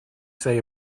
say